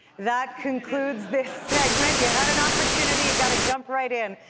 that concludes this segment. you had an opportunity. you got to jump right in.